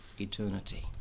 eternity